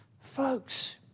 Folks